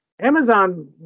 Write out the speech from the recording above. Amazon